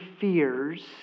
fears